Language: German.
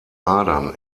adern